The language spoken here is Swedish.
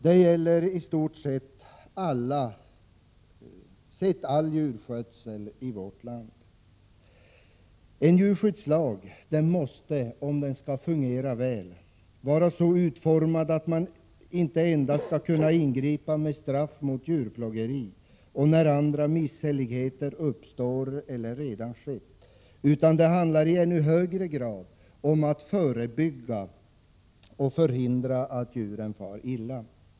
Det gäller i stort sett all djurskötsel i vårt land. En djurskyddslag måste, om den skall fungera väl, inte bara vara så utformad att den ger möjlighet till ingripande och straff mot djurplågeri och när andra missförhållanden uppstår eller redan har skett, utan skall i ännu högre grad förebygga och förhindra att djuren far illa.